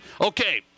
Okay